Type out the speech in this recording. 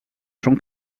jean